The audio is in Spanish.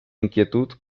inquietud